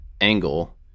angle